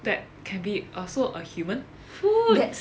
that can be also a human food